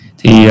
thì